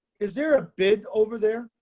is there a big over there.